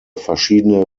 verschiedene